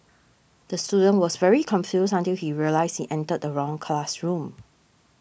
the student was very confused until he realised he entered the wrong classroom